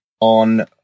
On